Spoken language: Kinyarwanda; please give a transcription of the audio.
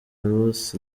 ruth